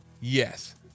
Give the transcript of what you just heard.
Yes